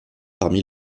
parmi